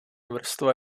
vrstva